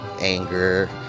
anger